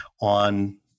on